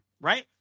right